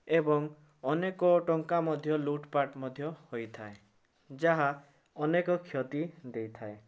ଏବଂ ଅନେକ ଟଙ୍କା ମଧ୍ୟ ଲୁଟ୍ପାଟ୍ ମଧ୍ୟ ହୋଇଥାଏ ଯାହା ଅନେକ କ୍ଷତି ଦେଇଥାଏ